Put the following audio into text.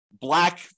black